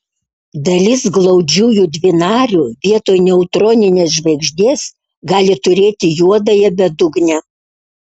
dalis glaudžiųjų dvinarių vietoj neutroninės žvaigždės gali turėti juodąją bedugnę